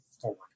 forward